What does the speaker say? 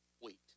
wait